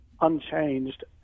unchanged